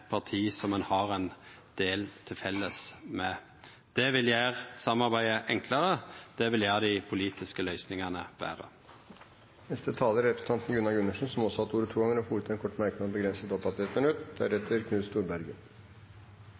parti som ein har ein del til felles med. Det vil gjera samarbeidet enklare, det vil gjera dei politiske løysingane betre. Representanten Gunnar Gundersen har hatt ordet to ganger tidligere og får ordet til en kort merknad, begrenset til 1 minutt. Det er bare til